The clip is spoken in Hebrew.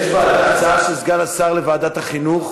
יש הצעה של סגן השר, לוועדת החינוך,